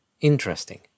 interesting